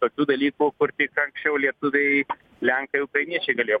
tokių dalykų kur tik anksčiau lietuviai lenkai ukrainiečiai galėjo